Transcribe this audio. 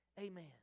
Amen